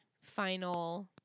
final